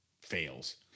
fails